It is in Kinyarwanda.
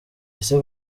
ese